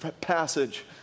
passage